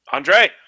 Andre